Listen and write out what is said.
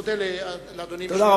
מודה לאדוני,